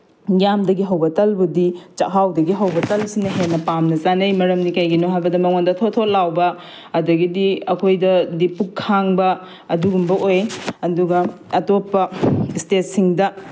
ꯌꯥꯝꯗꯒꯤ ꯍꯧꯕ ꯇꯜꯕꯨꯗꯤ ꯆꯥꯛꯍꯥꯎꯗꯒꯤ ꯍꯧꯕ ꯇꯜꯁꯤꯅ ꯍꯦꯟꯅ ꯄꯥꯝꯅ ꯆꯥꯅꯩ ꯃꯔꯝꯗꯤ ꯀꯩꯒꯤꯅꯣ ꯍꯥꯏꯕꯗ ꯃꯉꯣꯟꯗ ꯊꯣꯠ ꯊꯣꯠ ꯂꯥꯎꯕ ꯑꯗꯒꯤꯗꯤ ꯑꯩꯈꯣꯏꯗꯗꯤ ꯄꯨꯛ ꯈꯥꯡꯕ ꯑꯗꯨꯒꯨꯝꯕ ꯑꯣꯏ ꯑꯗꯨꯒ ꯑꯇꯣꯞꯄ ꯏꯁꯇꯦꯠꯁꯤꯡꯗ